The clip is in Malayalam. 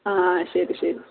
ആ ആ ശരി ശരി